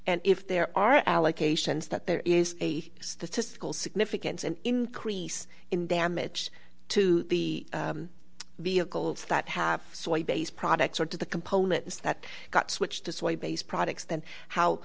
and if there are allegations that there is a statistical significance an increase in damage to the vehicles that have products or to the components that got switched this way based products then how